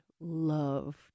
love